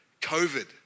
COVID